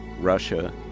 Russia